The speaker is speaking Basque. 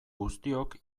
guztiok